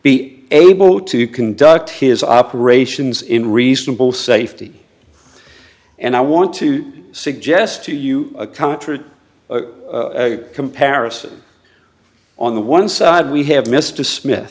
be able to conduct his operations in reasonable safety and i want to suggest to you a contract comparison on the one side we have mr smith